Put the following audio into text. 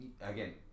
again